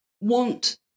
want